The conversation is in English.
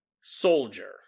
soldier